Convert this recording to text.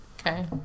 Okay